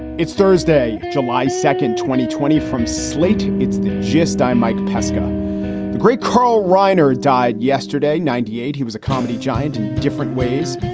it's thursday, july second, twenty twenty from slate. it's the gist. i'm mike pesca. the great carl reiner died yesterday, ninety eight. he was a comedy giant in different ways.